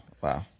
wow